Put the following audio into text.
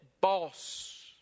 boss